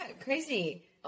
crazy